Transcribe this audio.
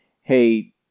hey